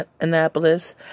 Annapolis